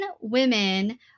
women